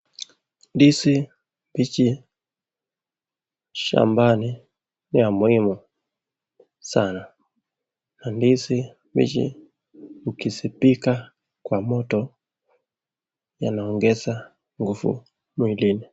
Ndizi mbichi shambani ya muhimu sana na ndizi mbichi ukisipika kwa moto inaongeza yanaongeza nguvu.